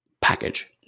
package